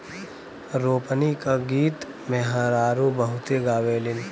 रोपनी क गीत त मेहरारू बहुते गावेलीन